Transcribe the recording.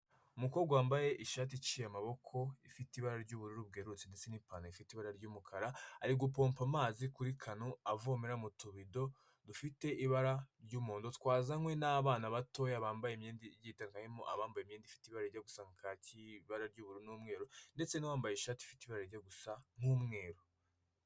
Umukobwa wambaye ishati iciye amaboko ifite ibara ry'ubururu bwerurutse ndetse n'ipanta ifite ibara ry'umukara, ari gupompa amazi kuri kananu avomera mu tubido dufite ibara ry'umuhondo twazanywe n'abana batoya bambaye imyenda y'itaka higanjemo abambaye imyenda ifite ibara rijya gusa n'ibara ry'ubururu n'umweru ndetse n'uwambaye ishati y'ibara ryenda gusa n'umweru.